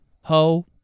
Ho